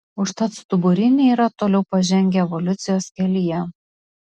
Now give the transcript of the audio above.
užtat stuburiniai yra toliau pažengę evoliucijos kelyje